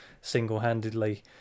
single-handedly